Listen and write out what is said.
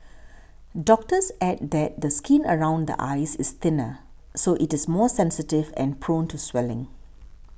doctors add that the skin around the eyes is thinner so it is more sensitive and prone to swelling